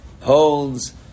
holds